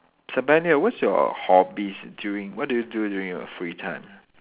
Zabaniyya what's your hobbies during what do you do during your free time